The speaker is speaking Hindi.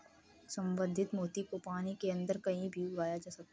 संवर्धित मोती को पानी के अंदर कहीं भी उगाया जा सकता है